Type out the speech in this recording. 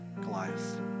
Goliath